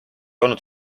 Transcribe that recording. olnud